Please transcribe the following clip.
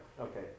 Okay